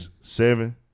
seven